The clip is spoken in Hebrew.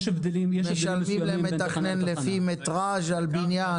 יש הבדלים מסוימים בין תחנה --- משלמים למתכנן לפי מטרז' על בניין.